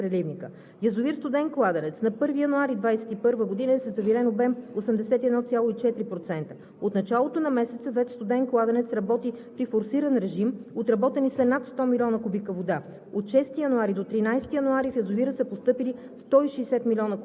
В 12,00 ч. на 13 януари е прекратено контролираното изпускане през преливника. Язовир „Студен кладенец“ на 1 януари 2021 г. е със завирен обем 81,4%. От началото на месеца ВЕЦ „Студен кладенец“ работи при форсиран режим, отработени са над 100 милиона кубика вода.